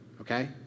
okay